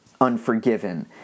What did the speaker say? Unforgiven